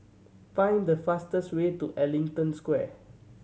find the fastest way to Ellington Square